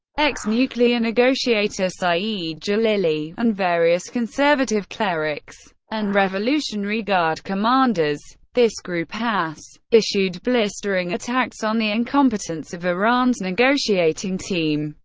ex-nuclear negotiator saeed jalili and various conservative clerics and revolutionary guard commanders. this group has issued blistering attacks on the incompetence of iran's negotiating team,